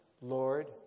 Lord